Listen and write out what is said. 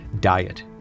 Diet